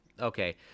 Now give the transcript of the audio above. okay